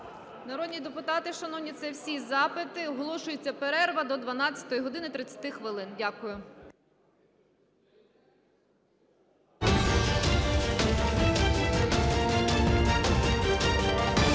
Народні депутати, шановні, це всі запити. Оголошується перерва до 12 години 30 хвилин. Дякую. (Після